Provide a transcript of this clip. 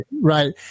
right